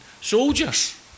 Soldiers